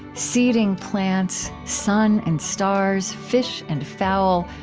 seeding plants, sun and stars, fish and fowl,